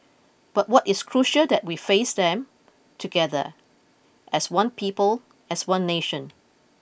but what is crucial that we face them together as one people as one nation